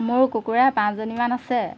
মোৰ কুকুৰা পাঁচজনীমান আছে